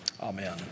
amen